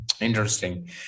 Interesting